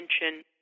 attention